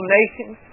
nations